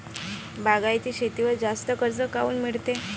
बागायती शेतीवर जास्त कर्ज काऊन मिळते?